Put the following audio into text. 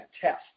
test